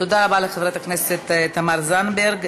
תודה רבה לחברת הכנסת תמר זנדברג.